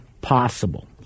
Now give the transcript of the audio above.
possible